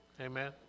Amen